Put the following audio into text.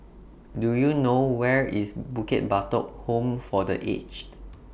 Do YOU know Where IS Bukit Batok Home For The Aged